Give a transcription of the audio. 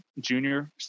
junior